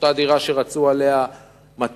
אותה דירה שרצו עליה 200,